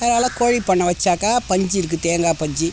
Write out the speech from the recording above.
அதனால் கோழிப்பண்ணை வைச்சாக்கா பஞ்சு இருக்குது தேங்காய் பஞ்சு